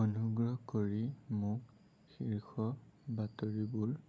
অনুগ্ৰহ কৰি মোক শীৰ্ষ বাতৰিবোৰ কোৱা